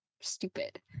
stupid